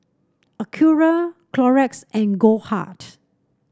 Acura Clorox and Goldheart